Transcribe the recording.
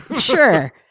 Sure